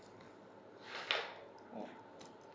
yeah